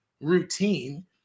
routine